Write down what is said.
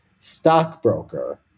stockbroker